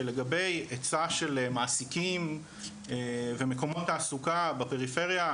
שלגבי היצע של מעסיקים ומקומות תעסוקה בפריפריה,